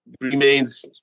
Remains